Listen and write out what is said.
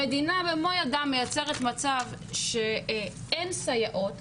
המדינה במו ידה מייצרת מצב שאין סייעות,